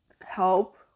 help